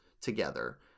together